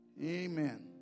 Amen